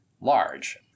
large